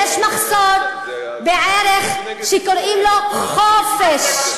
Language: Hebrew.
יש מחסור בערך שקוראים לו חופש,